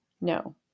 No